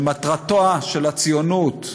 שמטרתה של הציונות,